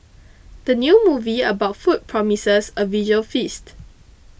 the new movie about food promises a visual feast